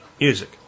music